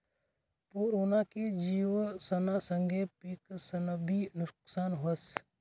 पूर उना की जिवसना संगे पिकंसनंबी नुकसान व्हस